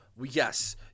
yes –